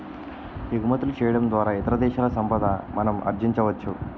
ఎగుమతులు చేయడం ద్వారా ఇతర దేశాల సంపాదన మనం ఆర్జించవచ్చు